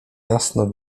jasno